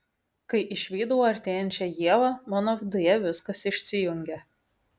kai išvydau artėjančią ievą mano viduje viskas išsijungė